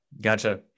Gotcha